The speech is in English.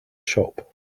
shop